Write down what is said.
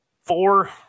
four